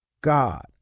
God